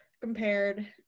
compared